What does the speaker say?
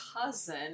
cousin